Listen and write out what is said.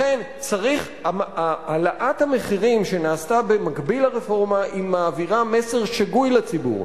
לכן צריך העלאת המחירים שנעשתה במקביל לרפורמה מעבירה מסר שגוי לציבור.